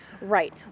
Right